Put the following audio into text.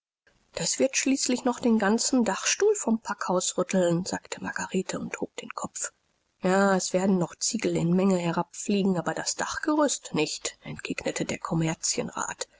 das wird schließlich noch den ganzen dachstuhl vom packhaus rütteln sagte margarete und hob den kopf ja es werden noch ziegel in menge herabfliegen aber das dachgerüst nicht entgegnete der kommerzienrat